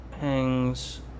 hangs